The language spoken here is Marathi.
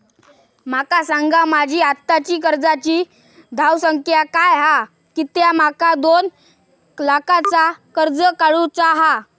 माका सांगा माझी आत्ताची कर्जाची धावसंख्या काय हा कित्या माका दोन लाखाचा कर्ज काढू चा हा?